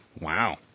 Wow